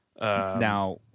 Now